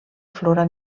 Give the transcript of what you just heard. flora